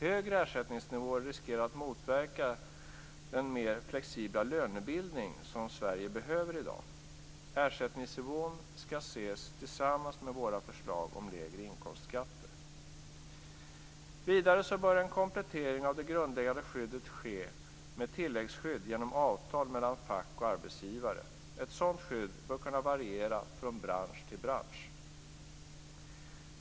Högre ersättningsnivåer riskerar att motverka den mer flexibla lönebildning som Sverige behöver i dag. Ersättningsnivån skall ses tillsammans med våra förslag om lägre inkomstskatter. Vidare bör en komplettering av det grundläggande skyddet ske med tilläggsskydd genom avtal mellan fack och arbetsgivare. Ett sådant skydd bör kunna variera från bransch till bransch.